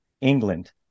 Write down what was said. England